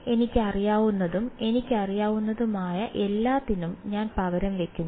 എനിക്കറിയാവുന്നതും എനിക്കറിയാവുന്നതുമായ എല്ലാത്തിനും ഞാൻ പകരം വയ്ക്കുന്നു